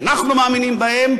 שאנחנו מאמינים בהם,